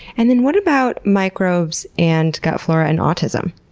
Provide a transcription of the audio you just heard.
and then what about microbes and gut flora in autism?